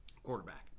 quarterback